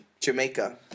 Jamaica